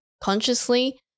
Consciously